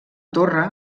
torre